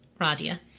Radia